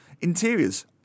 interiors